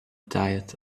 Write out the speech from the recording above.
diet